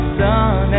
sun